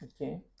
okay